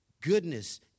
goodness